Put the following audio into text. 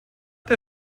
der